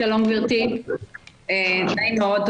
נעים מאוד.